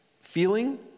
feeling